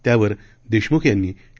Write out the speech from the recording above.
त्यावर देशमुख यांनी वि